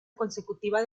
consecutiva